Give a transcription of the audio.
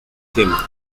tema